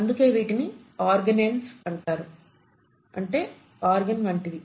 అందుకే వీటిని ఆర్గనేల్ల్స్ అంటారు అంటే ఆర్గాన్ వంటివి